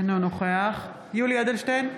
אינו נוכח יולי יואל אדלשטיין,